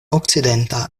okcidenta